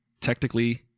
technically